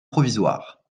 provisoire